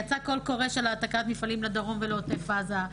יצא קול קורא של העתקת מפעלים לדרום ולעוטף עזה.